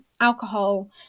alcohol